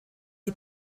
die